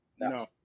No